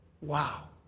wow